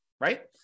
right